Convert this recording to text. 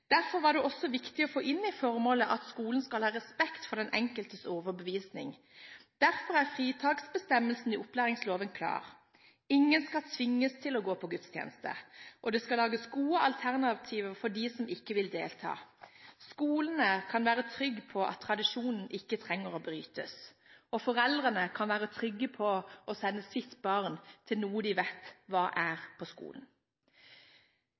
Derfor var det viktig å få inn i formålet at skolen skal ha respekt for den enkeltes overbevisning – derfor er fritaksbestemmelsen i opplæringsloven klar. Ingen skal tvinges til å gå på gudstjeneste, og det skal lages gode alternativer for dem som ikke vil delta. Skolene kan være trygge på at tradisjonen ikke trenger å brytes, og foreldrene kan være trygge på å sende sine barn på skolen til noe de vet hva